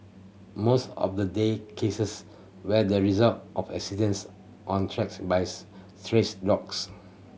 most of the day cases where the result of accidents on attacks by dogs